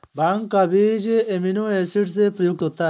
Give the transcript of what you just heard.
भांग का बीज amino acid से युक्त होता है